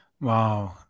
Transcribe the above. Wow